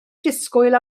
disgwyl